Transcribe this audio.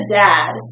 dad